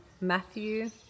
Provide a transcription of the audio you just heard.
Matthew